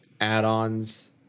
add-ons